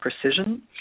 precision